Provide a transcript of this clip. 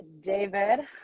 David